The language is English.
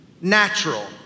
natural